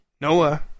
Noah